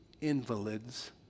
invalids